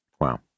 Wow